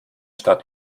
stadt